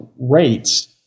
rates